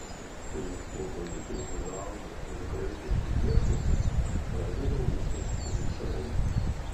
kai obuoliukai užauga sulig graikišku riešutu pradeda ristis vikšrai